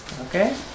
okay